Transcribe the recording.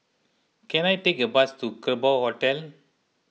can I take a bus to Kerbau Hotel